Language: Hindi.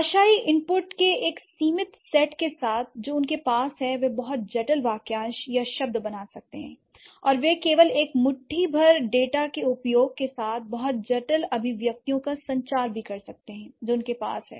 भाषाई इनपुट के एक सीमित सेट के साथ जो उनके पास है वे बहुत जटिल वाक्यांश या शब्द बना सकते हैं और वे केवल एक मुट्ठी भर डेटा के उपयोग के साथ बहुत जटिल अभिव्यक्तियों का संचार भी कर सकते हैं जो उनके पास है